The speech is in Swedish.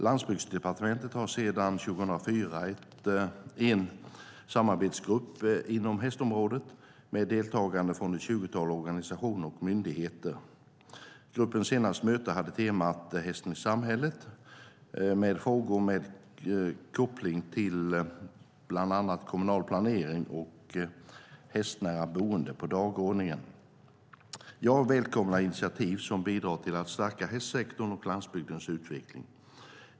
Landsbygdsdepartementet har sedan 2004 en samarbetsgrupp inom hästområdet med deltagare från ett tjugotal organisationer och myndigheter. Gruppens senaste möte hade temat Hästen i samhället, med frågor med koppling till bland annat kommunal planering och hästnära boende på dagordningen. Jag välkomnar initiativ som bidrar till att stärka hästsektorn och landsbygdens utveckling.